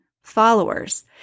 followers